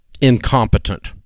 incompetent